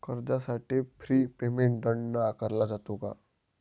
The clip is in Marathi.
कर्जासाठी प्री पेमेंट दंड आकारला जातो का?